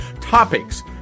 Topics